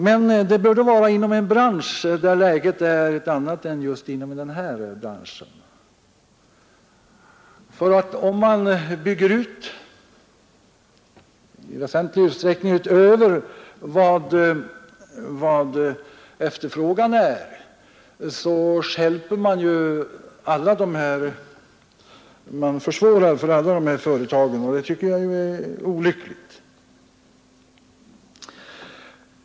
Men det bör vara i en bransch där läget är ett annat än inom den här branschen. Om man gör en utbyggnad som går väsentligt över vad efterfrågan är, försvårar man ju för alla företagen. Det tycker jag är olyckligt.